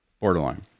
borderline